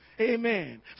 Amen